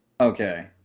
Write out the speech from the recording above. Okay